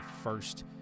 first